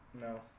no